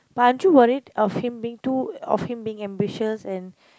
but are you worried of him being too of him being ambitious and